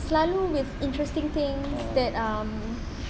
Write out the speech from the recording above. selalu with interesting things that mm